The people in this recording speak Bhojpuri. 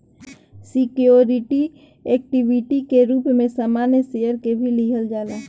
सिक्योरिटी इक्विटी के रूप में सामान्य शेयर के भी लिहल जाला